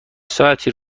ساعتی